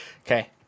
Okay